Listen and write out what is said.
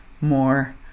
more